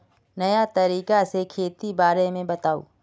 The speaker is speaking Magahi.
नया तरीका से खेती के बारे में बताऊं?